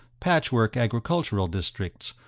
patchwork agricultural districts,